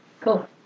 Cool